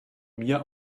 mir